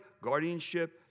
guardianship